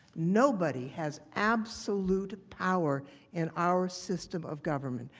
nobody has absolute power in our system of government.